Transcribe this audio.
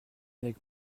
avec